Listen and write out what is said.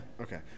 Okay